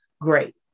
great